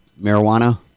marijuana